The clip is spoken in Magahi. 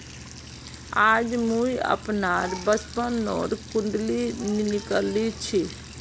आज मुई अपनार बचपनोर कुण्डली निकली छी